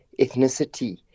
ethnicity